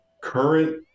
Current